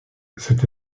cette